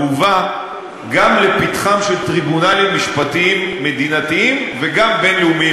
והובא גם לפתחם של טריבונלים משפטיים מדינתיים וגם בין-לאומיים,